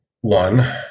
one